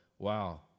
Wow